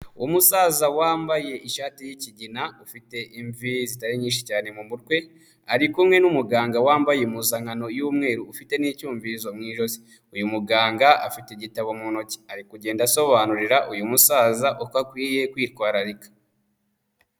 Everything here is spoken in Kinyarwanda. Umusaza wambaye ishati y'ikigina ufite imvi zitari nyinshi cyane mu mutwe ari kumwe n'umuganga wambaye impuzankano y'umweru ufite n'icyumvizo mu ijosi. Uyu muganga afite igitabo mu ntoki, ari kugenda asobanurira uyu musaza uko akwiye kwitwararika.